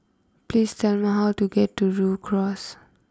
please tell me how to get to Rhu Cross